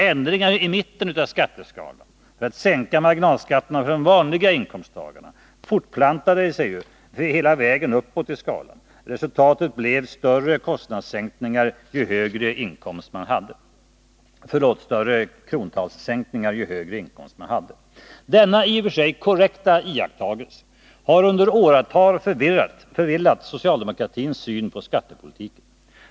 Ändringar i mitten av inkomstskiktet — för att sänka marginalskatterna för vanliga inkomsttagare — fortplantade sig ju hela vägen uppåt i skalan. Resultatet blev större krontalssänkningar ju högre inkomst man hade. Denna i och för sig korrekta iakttagelse har under åratal förvillat socialdemokratins syn på skattepolitiken.